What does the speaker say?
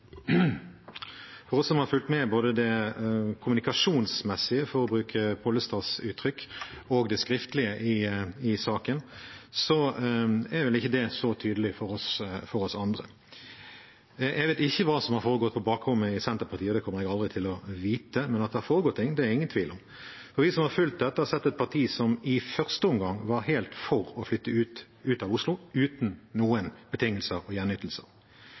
For oss som har fulgt med på både det kommunikasjonsmessige, for å bruke Pollestads uttrykk, og det skriftlige i saken, er ikke det så tydelig. Jeg vet ikke hva som har foregått på bakrommet i Senterpartiet, det kommer jeg aldri til å vite, men at det har foregått ting, er det ingen tvil om. For vi som har fulgt dette, har sett et parti som i første omgang var helt for utflytting fra Oslo, uten noen betingelser og gjenytelser. Deretter, i Avisa Oslo noe senere, er de imot å flytte ut av Oslo